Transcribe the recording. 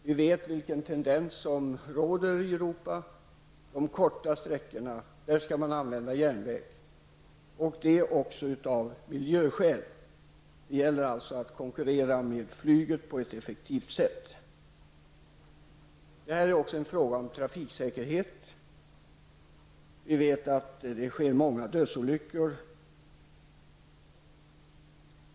Vi vet vilken tendens som råder i Europa: att man på de korta sträckorna skall använda järnväg, också av miljöskäl. Det gäller att konkurrera med flyget på ett effektivt sätt. Det här är också en fråga om trafiksäkerhet. Vi vet att det sker många dödsolyckor.